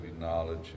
knowledge